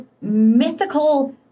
mythical